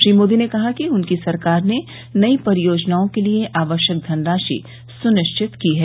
श्री मोदी ने कहा कि उनकी सरकार ने नई परियोजनाओं के लिए आवश्यक धनराशि सुनिश्चित की है